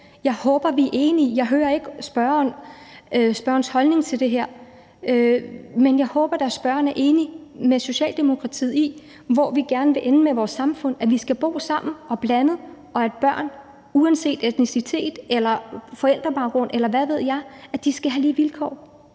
Jeg håber, vi er enige. Jeg hører ikke spørgerens holdning til det her, men jeg håber da, at spørgeren er enig med Socialdemokratiet i, hvor vi gerne vil ende med vores samfund, nemlig at vi skal bo sammen, blandet, og at børn uanset etnicitet eller forældrebaggrund, eller hvad ved jeg, skal have lige vilkår.